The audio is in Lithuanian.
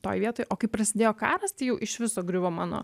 toj vietoj o kai prasidėjo karas tai jau iš viso griuvo mano